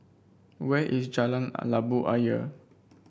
where is Jalan Labu Ayer